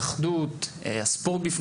להתאחדות ולספורט,